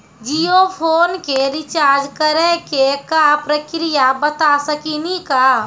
Jio phone के recharge करे के का प्रक्रिया बता साकिनी का?